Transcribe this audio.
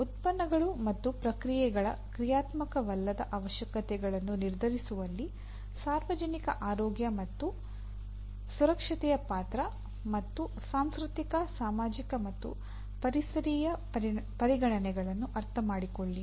ಉತ್ಪನ್ನಗಳು ಮತ್ತು ಪ್ರಕ್ರಿಯೆಗಳ ಕ್ರಿಯಾತ್ಮಕವಲ್ಲದ ಅವಶ್ಯಕತೆಗಳನ್ನು ನಿರ್ಧರಿಸುವಲ್ಲಿ ಸಾರ್ವಜನಿಕ ಆರೋಗ್ಯ ಮತ್ತು ಸುರಕ್ಷತೆಯ ಪಾತ್ರ ಮತ್ತು ಸಾಂಸ್ಕೃತಿಕ ಸಾಮಾಜಿಕ ಮತ್ತು ಪರಿಸರೀಯ ಪರಿಗಣನೆಗಳನ್ನು ಅರ್ಥಮಾಡಿಕೊಳ್ಳಿ